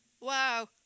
wow